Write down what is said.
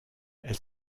elle